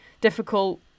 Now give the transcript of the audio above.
difficult